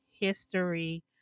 History